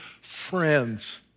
friends